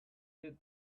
get